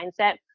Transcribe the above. mindset